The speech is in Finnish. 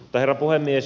herra puhemies